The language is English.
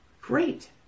great